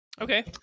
Okay